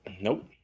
Nope